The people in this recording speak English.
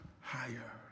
higher